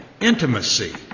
intimacy